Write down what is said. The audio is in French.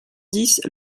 dix